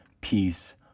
peace